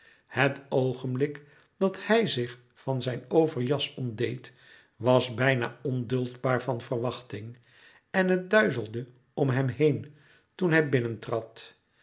het oogenblik dat hij zich van zijn overjas ontdeed was bijna onduldbaar van wachting en het duizelde om hem heen toen hij